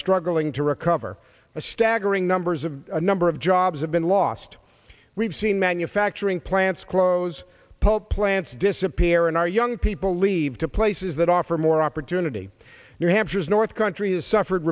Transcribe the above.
struggling to recover a staggering numbers of the number of jobs have been lost we've seen manufacturing plants close paul plants disappear and our young people leave to place says that offer more opportunity new hampshire's north country has suffered